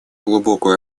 глубокую